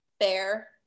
fair